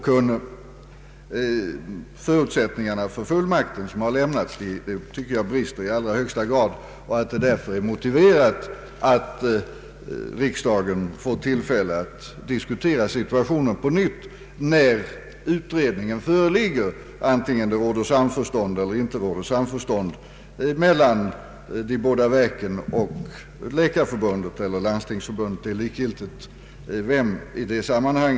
Förutsättningarna för den lämnade fullmakten brister enligt min mening i allra högsta grad. Därför är det motiverat att riksdagen får tillfälle att diskutera situationen på nytt när utredningen föreligger, antingen det råder samförstånd mellan de båda verken och Läkarförbundet, Kommunförbundet eller Landstingsförbundet eller inte. Vilket förbund det blir, som kanske inte gillar förslaget, är likgiltigt i detta sammanhang.